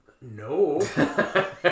no